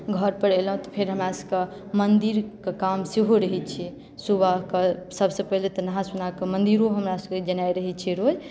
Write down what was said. घरपर एलहुँ तऽ फेर हमरासभके मन्दिरके काम सेहो रहैत छै सुबहके सभसँ पहिने तऽ नहा सुना कऽ मन्दिरो हमरा सभके जेनाइ रहैत छै रोज